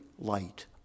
light